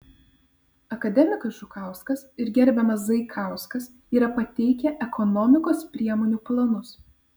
akademikas žukauskas ir gerbiamas zaikauskas yra pateikę ekonomikos priemonių planus